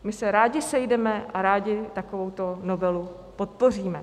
My se rádi sejdeme a rádi takovouto novelu podpoříme.